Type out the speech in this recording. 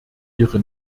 ihre